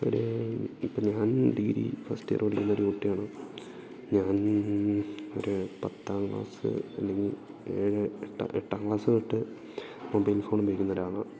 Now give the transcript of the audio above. ഒര് ഇപ്പം ഞാൻ ഡിഗ്രി ഫർസ്റ്റ് ഇയർ പഠിക്കുന്നൊരു കുട്ടിയാണ് ഞാൻ ഒര് പത്താം ക്ലാസ് അല്ലെങ്കിൽ ഏഴ് എട്ട് എട്ടാം ക്ലാസ് തൊട്ട് മൊബൈൽ ഫോൺ ഉപയോഗിക്കുന്ന ഒരാളാണ്